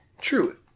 True